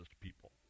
people